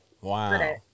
Wow